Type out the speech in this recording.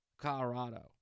Colorado